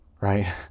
right